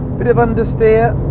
bit of understeer,